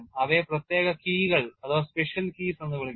അവയെ പ്രത്യേക കീകൾ എന്ന് വിളിക്കുന്നു